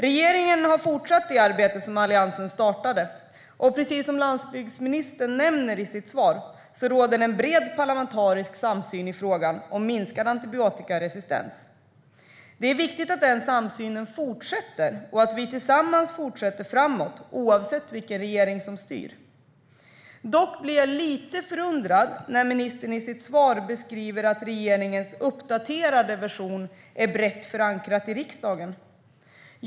Regeringen har fortsatt det arbete som Alliansen startade, och precis som landsbygdsministern nämner i sitt svar råder det en bred parlamentarisk samsyn i frågan om minskad antibiotikaresistens. Det är viktigt att den samsynen fortsätter och att vi tillsammans fortsätter framåt, oavsett vilken regering som styr. Dock blir jag lite förundrad när ministern i sitt svar beskriver att regeringens uppdaterade version är brett förankrad i riksdagen.